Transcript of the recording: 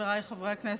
חבריי חברי הכנסת,